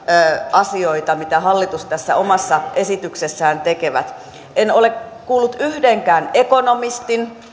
asioita mitä hallitus tässä omassa esityksessään tekee en ole kuullut yhdenkään ekonomistin